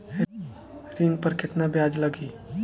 ऋण पर केतना ब्याज लगी?